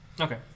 Okay